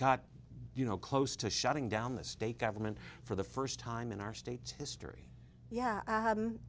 got you know close to shutting down the state government for the first time in our state's history yeah